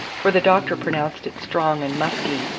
for the doctor pronounced it strong and musky,